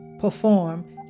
perform